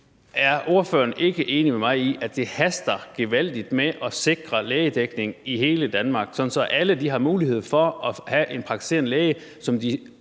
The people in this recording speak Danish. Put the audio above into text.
er ordføreren ikke enig med mig i, at det haster gevaldigt med at sikre lægedækning i hele Danmark, sådan at alle har mulighed for at have en praktiserende læge, som de